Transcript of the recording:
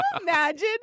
imagine